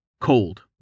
Cold